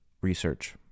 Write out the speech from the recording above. research